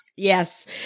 Yes